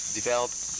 developed